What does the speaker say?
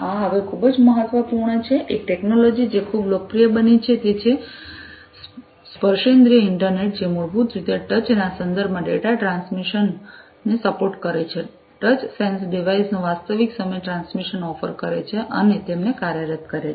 આ હવે ખૂબ જ મહત્વપૂર્ણ છે એક ટેક્નોલોજી જે ખૂબ જ લોકપ્રિય બની છે તે છે સ્પર્શેન્દ્રિય ઇન્ટરનેટ જે મૂળભૂત રીતે ટચ ના સંદર્ભમાં ડેટા ટ્રાન્સમિશન ને સપોર્ટ કરે છે ટચ સેન્સ ડિવાઇસ નું વાસ્તવિક સમય ટ્રાન્સમિશન ઓફર કરે છે અને તેમને કાર્યરત કરે છે